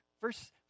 Verse